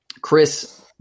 Chris